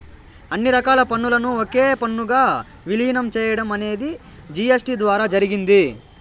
అన్ని రకాల పన్నులను ఒకే పన్నుగా విలీనం చేయడం అనేది జీ.ఎస్.టీ ద్వారా జరిగింది